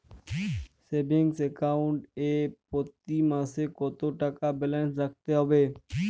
Savings account এ প্রতি মাসে কতো টাকা ব্যালান্স রাখতে হবে?